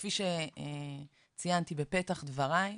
כפי שציינתי בפתח דבריי,